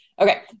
Okay